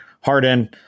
Harden